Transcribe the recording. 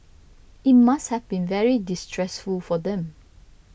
it must have been very distressful for them